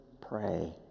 pray